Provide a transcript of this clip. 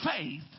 faith